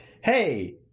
hey